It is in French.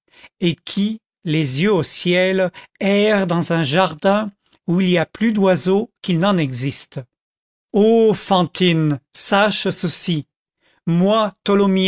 et qui les yeux au ciel erre dans un jardin où il y a plus d'oiseaux qu'il n'en existe ô fantine sache ceci moi